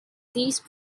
these